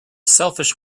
selfish